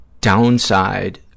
downside